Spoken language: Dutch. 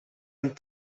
een